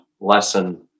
lesson